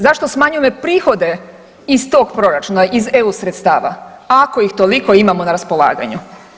Zašto smanjujemo prihode iz tog proračuna iz eu sredstava ako ih toliko imamo na raspolaganju?